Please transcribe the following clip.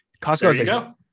Costco